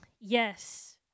yes